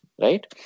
right